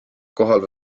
kohal